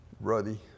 Ruddy